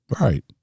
Right